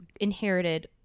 inherited